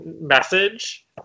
message